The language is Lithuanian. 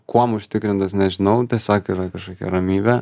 kuom užtikrintas nežinau tiesiog yra kažkokia ramybė